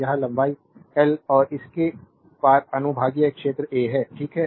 और यह लंबाई एल और इसके पार अनुभागीय क्षेत्र ए है ठीक है